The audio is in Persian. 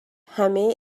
همه